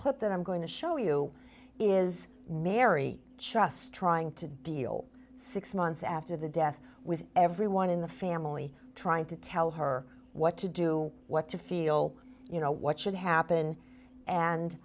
clip that i'm going to show you is mary just trying to deal six months after the death with everyone in the family trying to tell her what to do what to feel you know what should happen and